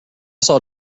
saw